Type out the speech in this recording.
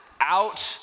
out